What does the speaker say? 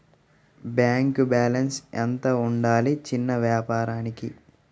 Bank balance ఎంత ఉండాలి చిన్న వ్యాపారానికి?